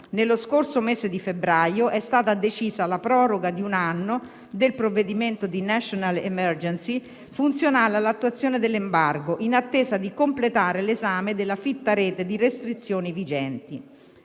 Nello scorso mese di febbraio è stata decisa la proroga di un anno del provvedimento di *national emergency* funzionale all'attuazione dell'embargo, in attesa di completare l'esame della fitta rete di restrizioni vigenti.